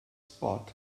spot